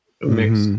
mix